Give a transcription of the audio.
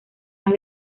más